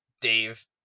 Dave